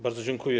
Bardzo dziękuję.